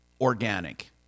organic